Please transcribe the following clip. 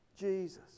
Jesus